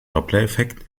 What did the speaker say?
dopplereffekt